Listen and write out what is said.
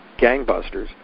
Gangbusters